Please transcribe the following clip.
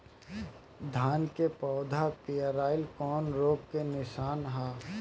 धान के पौधा पियराईल कौन रोग के निशानि ह?